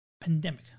pandemic